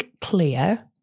clear